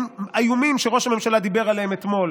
איומים שראש הממשלה דיבר עליהם אתמול.